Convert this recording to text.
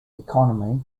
economy